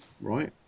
right